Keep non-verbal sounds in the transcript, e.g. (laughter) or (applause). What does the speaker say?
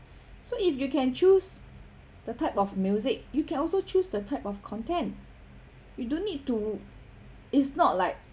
(breath) so if you can choose the type of music you can also choose the type of content you don't need to it's not like